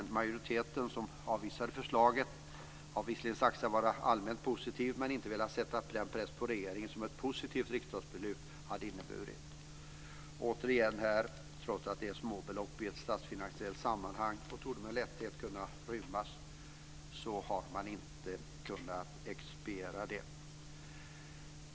Majoriteten, som avvisade förslaget, har visserligen sagt sig vara allmänt positiv men inte velat sätta den press på regeringen som ett positivt riksdagsbeslut hade inneburit. Trots att det är småbelopp i ett statsfinansiellt sammanhang, och trots att beloppen med lätthet torde kunna rymmas inom ramarna, har man inte kunnat expediera detta.